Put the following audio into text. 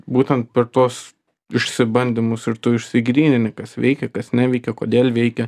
būtent per tuos išsibandymus ir tu išsigrynini kas veikia kas neveikia kodėl veikia